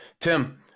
Tim